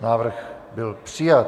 Návrh byl přijat.